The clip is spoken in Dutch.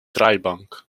draaibank